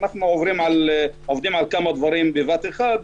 אנחנו עובדים על כמה דברים בבת אחת.